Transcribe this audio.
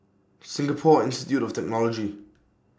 Singapore Institute of Technology